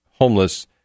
homeless